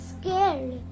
scared